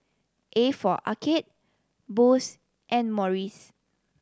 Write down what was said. A for Arcade Bose and Morries